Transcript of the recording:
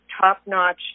top-notch